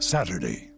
Saturday